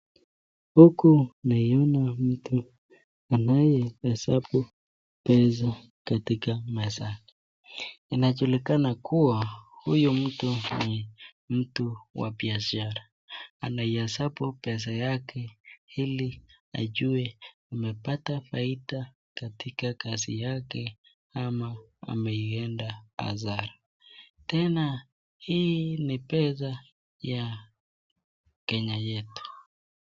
Huku naiona mtu anaye hesabu pesa katika mezani. Inajulikana kuwa huyu mtu ni mtu wa biashara, anaihesabu pesa yake ili ajue amepata faida katika kazi yake ama ameienda hasara. Tena hii ni pesa ya Kenya yetu.